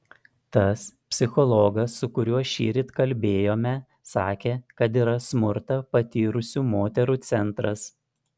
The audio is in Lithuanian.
tas psichologas su kuriuo šįryt kalbėjome sakė kad yra smurtą patyrusių moterų centras